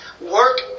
work